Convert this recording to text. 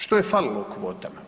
Što je falilo kvotama?